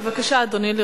בבקשה, אדוני.